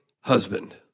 husband